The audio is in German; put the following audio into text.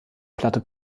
platte